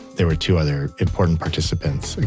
there were two other important participants,